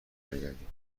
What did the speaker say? برگردیم